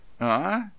Huh